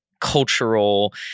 cultural